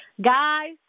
guys